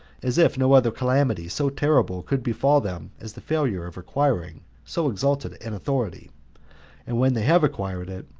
as if no other calamity so terrible could befall them as the failure of acquiring so exalted an authority and when they have acquired it,